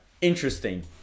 Interesting